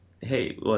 hey